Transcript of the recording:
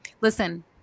Listen